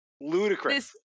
ludicrous